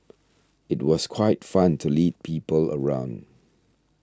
it was quite fun to lead people around